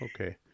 okay